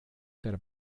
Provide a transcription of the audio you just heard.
der